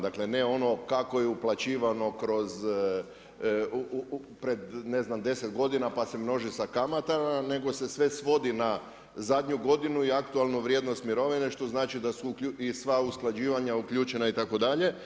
Dakle ne ono kako je uplaćivano kroz, pred ne znam 10 godina pa se množi sa kamatama nego se sve svodi na zadnju godinu i aktualnu vrijednost mirovine što znači da su i sva usklađivanja uključena itd.